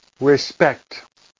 respect